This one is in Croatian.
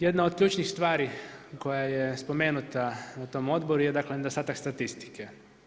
Jedna od ključnih stvari koja je spomenuta na tom odboru je dakle, nedostatak statistike.